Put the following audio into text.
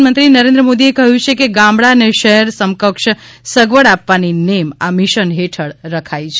પ્રધાનમંત્રી નરેન્દ્ર મોદી એ કહ્યું છે કે ગામડા ને શહેર સમકક્ષ સગવડ આપવાની નેમ આ મિશન હેઠળ રખાઇ છે